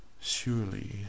Surely